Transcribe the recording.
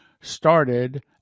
started